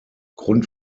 grund